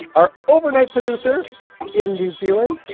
our overnight producer's in new zealand,